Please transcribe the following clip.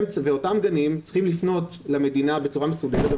אותם גנים צריכים לפנות למדינה בצורה מסודרת,